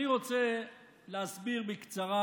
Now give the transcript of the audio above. אני רוצה להסביר בקצרה